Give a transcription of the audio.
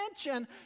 attention